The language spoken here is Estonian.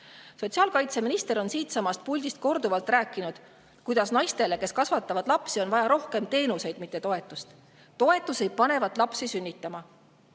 Sotsiaalkaitseminister on siitsamast puldist korduvalt rääkinud, kuidas naistele, kes kasvatavad lapsi, on vaja rohkem teenuseid, mitte toetust. Toetus ei panevat lapsi sünnitama.